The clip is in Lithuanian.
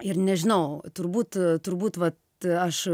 ir nežinau turbūt turbūt vat aš